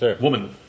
Woman